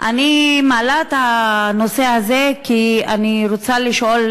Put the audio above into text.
אני מעלה את הנושא הזה כי אני רוצה לשאול